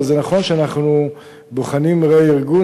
אבל זה נכון שאנחנו בוחנים רה-ארגון,